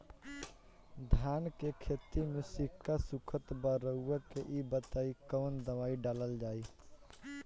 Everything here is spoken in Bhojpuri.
धान के खेती में सिक्का सुखत बा रउआ के ई बताईं कवन दवाइ डालल जाई?